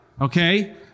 okay